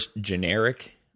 generic